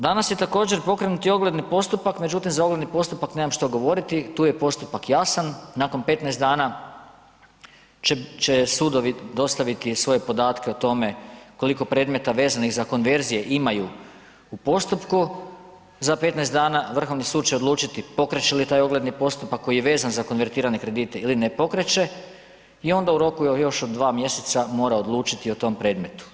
Danas je također pokrenut i ogledni postupak, međutim za ogledni postupak nemam što govoriti, tu je postupak jasan, nakon 15 dana će sudovi dostaviti svoje podatke o tome koliko predmeta vezanih za konverzije imaju u postupku, za 15 dana Vrhovni sud će odlučiti pokreće li taj ogledni postupak koji je vezan za konvertirane kredite ili ne pokreće i onda u roku još od 2 mjeseca mora odlučiti o tom predmetu.